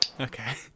Okay